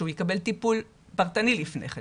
שהוא יקבל טיפול פרטני לפני כן,